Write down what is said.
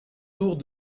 tours